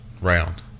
round